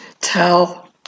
tell